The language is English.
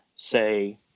say